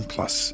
Plus